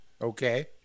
Okay